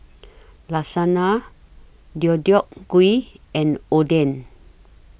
Lasagna Deodeok Gui and Oden